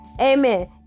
Amen